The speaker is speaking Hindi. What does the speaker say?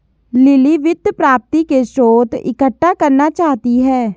लिली वित्त प्राप्ति के स्रोत इकट्ठा करना चाहती है